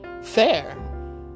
fair